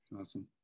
Awesome